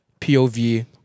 POV